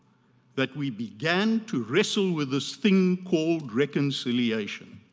that we began to wrestle with this thing called reconciliation.